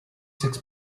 sex